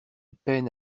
peine